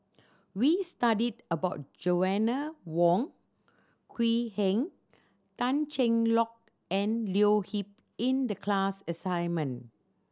we studied about Joanna Wong Quee Heng Tan Cheng Lock and Leo Yip in the class assignment